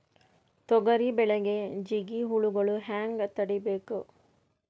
ತೊಗರಿ ಬೆಳೆಗೆ ಜಿಗಿ ಹುಳುಗಳು ಹ್ಯಾಂಗ್ ತಡೀಬೇಕು?